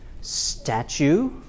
statue